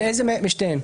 על איזה משתיהן?